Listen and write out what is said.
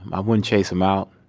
i wouldn't chase him out.